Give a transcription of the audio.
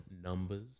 numbers